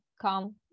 come